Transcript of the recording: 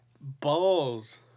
balls